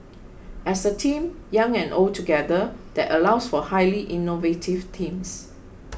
as a team young and old together that allows for highly innovative teams